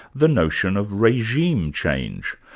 the notion of regime change,